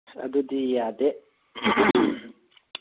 ꯑꯁ ꯑꯗꯨꯗꯤ ꯌꯥꯗꯦ